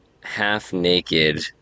half-naked